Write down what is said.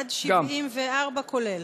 עד 74, כולל.